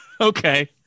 Okay